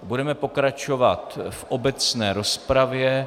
Budeme pokračovat v obecné rozpravě.